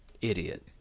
Idiot